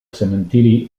cementiri